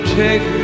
take